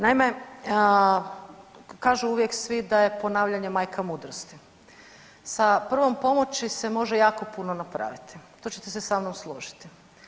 Naime, kažu uvijek svi da je ponavljanje majka mudrosti, sa prvom pomoći se može jako puno napraviti, to ćete se sa mnom složiti.